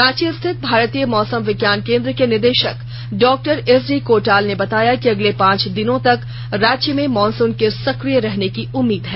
रांची स्थित भारतीय मौसम विज्ञान केंद्र के निदे ाक डॉक्टर एसडी कोटाल ने बताया कि अगले पांच दिनों तक राज्य में मॉनसून के सक्रिय रहने की उम्मीद है